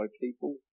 people